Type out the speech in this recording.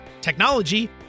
technology